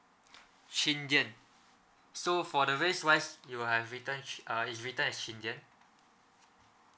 shindian so for the race wise you have written uh is written as chindian